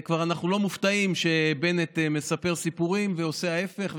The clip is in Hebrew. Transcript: אנחנו כבר לא מופתעים שבנט מספר סיפורים ועושה ההפך,